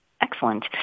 excellent